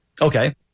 Okay